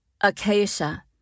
acacia